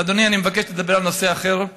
אבל, אדוני, אני מבקש לדבר על נושא אחר,